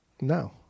no